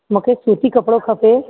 मूंखे सूती कपिड़ो खपे